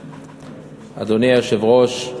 היושבת-ראש,